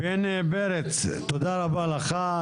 בני פרץ תודה רבה לך,